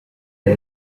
rya